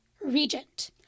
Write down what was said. regent